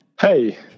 Hey